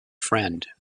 friend